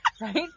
right